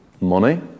Money